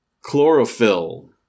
Chlorophyll